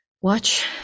watch